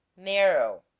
narrow